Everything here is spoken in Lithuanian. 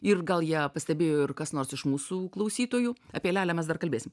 ir gal ją pastebėjo ir kas nors iš mūsų klausytojų apie lelę mes dar kalbėsim